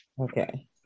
Okay